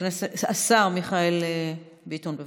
השר מיכאל ביטון, בבקשה.